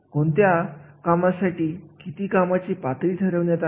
मग व्यक्तीच्या बाजाराच्या आधारावर त्या कार्याचा क्रम ठरवण्यात येतो